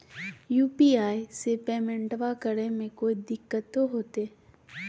UPI से पेमेंटबा करे मे कोइ दिकतो होते?